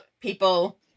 people